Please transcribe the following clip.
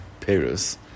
Paris